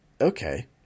Okay